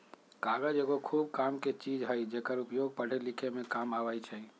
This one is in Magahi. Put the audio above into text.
कागज एगो खूब कामके चीज हइ जेकर उपयोग पढ़े लिखे में काम अबइ छइ